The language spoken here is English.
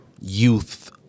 youth